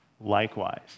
likewise